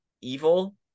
evil